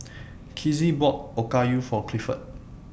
Kizzy bought Okayu For Clifford